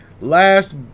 last